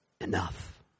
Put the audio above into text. enough